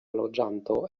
loĝanto